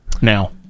now